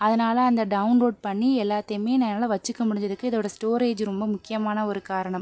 அதனாலே அந்த டவுன்லோட் பண்ணி எல்லாத்தையுமே நான் என்னால் வச்சுக்க முடிஞ்சதுக்கு இதோடய ஸ்டோரேஜ் ரொம்ப முக்கியமான ஒரு காரணம்